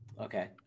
Okay